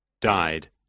died